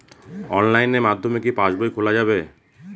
অনলাইনের মাধ্যমে কি পাসবই খোলা যাবে?